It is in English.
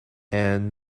and